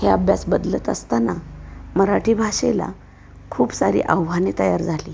हे अभ्यास बदलत असताना मराठी भाषेला खूप सारी आव्हाने तयार झाली